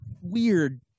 weird